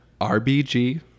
RBG